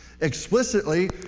Explicitly